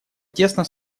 тесно